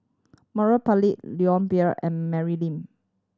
Murali Pillai Leon Perera and Mary Lim